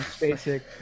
basic